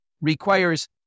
requires